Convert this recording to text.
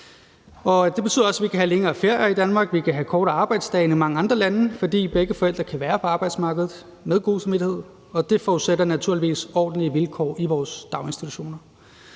Det betyder også, at vi kan have længere ferier i Danmark, og at vi kan have kortere arbejdsdage, end de har i mange andre lande, fordi begge forældre kan være på arbejdsmarkedet med god samvittighed, og det forudsætter naturligvis ordentlige vilkår i vores daginstitutioner.